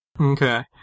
okay